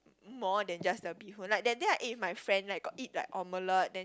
more than just the bee-hoon like that day I eat with my friend like got like omelette